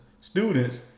students